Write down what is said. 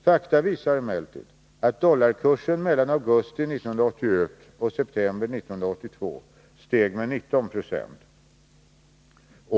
Fakta visar emellertid att dollarkursen mellan augusti 1981 och september 1982 steg med 19 76.